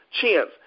chance